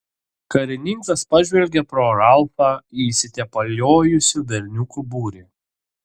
karininkas pažvelgė pro ralfą į išsitepliojusių berniukų būrį